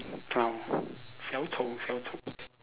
clown 小丑小丑